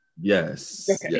yes